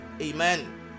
Amen